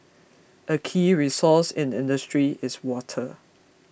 a key resource in industry is water